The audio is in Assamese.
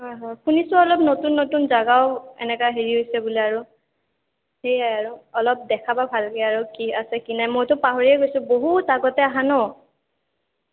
হয় হয় শুনিছো অলপ নতুন নতুন জাগাও এনেকা হেৰি হৈছে বোলে আৰু সেয়াই আৰু অলপ দেখাবা ভালকে আৰু কি আছে কি নাই মইতো পাহৰিয়েই গৈছোঁ বহুত আগতে আহা ন